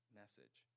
message